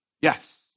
Yes